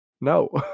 No